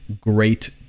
great